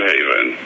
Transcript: Haven